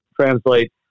translate